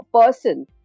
person